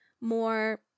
more